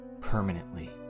permanently